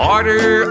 Order